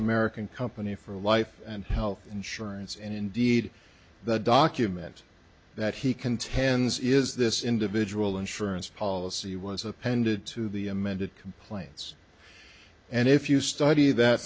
american company for life and health insurance and indeed the document that he contends is this individual insurance policy was appended to the amended complaints and if you study that